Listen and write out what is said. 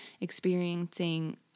experiencing